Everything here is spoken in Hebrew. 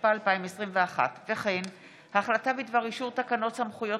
התשפ"א 2021. החלטה בדבר אישור תקנות סמכויות